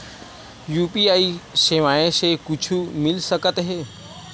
UPI सेवाएं से कुछु मिल सकत हे?